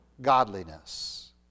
godliness